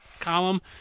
Column